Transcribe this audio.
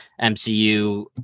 MCU